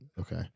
Okay